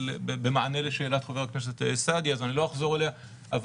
בשב"ס לא ידעו להגיד לנו